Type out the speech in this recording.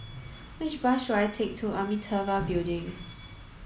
which bus should I take to Amitabha Building